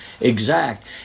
exact